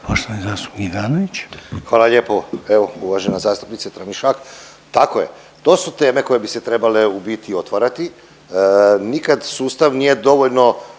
Goran (HDZ)** Hvala lijepo. Evo uvažena zastupnice Tramišak, tako je to su teme koje bi se trebale u biti otvarati. Nikad sustav nije dovoljno